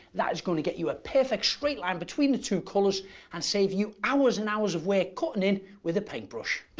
that is going to get you a perfect straight line between the two colors and save you hours and hours of cutting in with a paintbrush.